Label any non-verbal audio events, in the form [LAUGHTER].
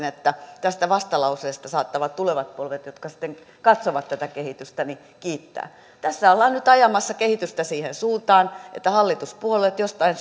[UNINTELLIGIBLE] että tästä vastalauseesta saattavat tulevat polvet jotka sitten katsovat tätä kehitystä kiittää tässä ollaan nyt ajamassa kehitystä siihen suuntaan että hallituspuolueet jostain [UNINTELLIGIBLE]